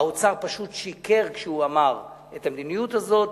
האוצר פשוט שיקר כשהוא אמר את המדיניות הזאת,